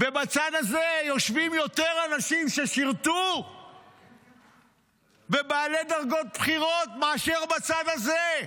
בצד הזה יושבים יותר אנשים ששירתו ובעלי דרגות בכירות מאשר בצד הזה,